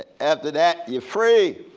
ah after that you're free.